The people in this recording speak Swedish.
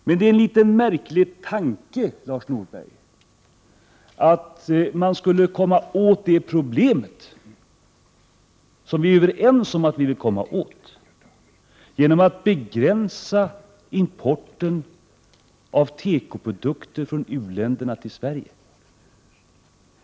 Men det är, Lars Norberg, en litet märklig tanke att man skulle kunna komma åt det problemet, som vi är överens om att vi vill komma åt, genom att begränsa importen av tekoprodukter från u-länderna till Sverige.